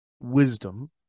wisdom